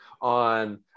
on